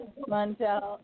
Montel